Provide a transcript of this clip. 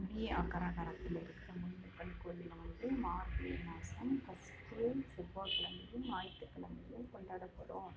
B அஹ்ரகாரத்தில் இருக்கிற முனியப்பன் கோயிலில் வந்துட்டு மார்கழி மாதம் ஃபர்ஸ்ட்டு செவ்வாய் கிழமையும் ஞாயிற்றுகிழமையும் கொண்டாடப்படும்